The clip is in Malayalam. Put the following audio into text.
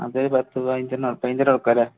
അതേ പത്ത് പതിനഞ്ചെണ്ണം ഭയങ്കര വർക്കാണ് അല്ലേ